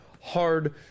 hard